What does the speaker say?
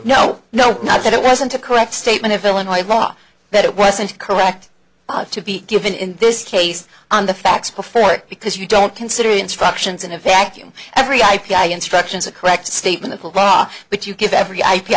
no no not that it wasn't a correct statement of illinois law that it wasn't correct to be given in this case on the facts before because you don't consider the instructions in a vacuum every i p i instructions a correct statement of the law but you give every i p